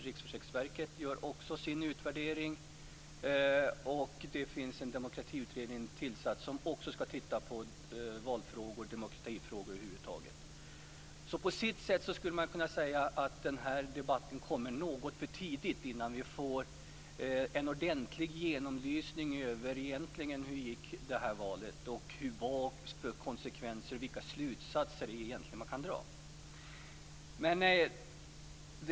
Riksförsäkringsverket gör också sin utvärdering, och det har tillsatts en demokratiutredning som skall titta på valfrågor och demokratifrågor över huvud taget. På sätt och vis skulle man kunna säga att den här debatten kommer något för tidigt, innan vi får en ordentlig genomlysning av hur valet egentligen gick, konsekvenserna av det och vilka slutsatser man kan dra.